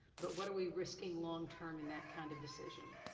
but what are we risking long-term in that kind of decision?